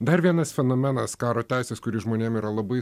dar vienas fenomenas karo teisės kurį žmonėm yra labai